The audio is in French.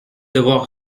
devoir